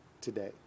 today